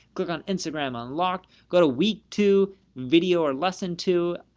click on instagram unlocked, go to week two video or lesson two.